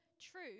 true